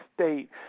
State